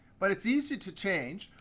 but it's easy to change,